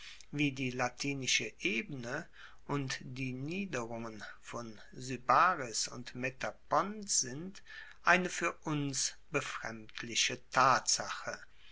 wie die latinische ebene und die niederungen von sybaris und metapont sind eine fuer uns befremdliche tatsache